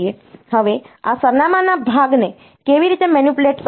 હવે આ સરનામાના ભાગને કેવી રીતે મેનિપ્યુલેટ કરવું